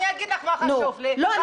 אני אגיד לך מה חשוב לי --- לא,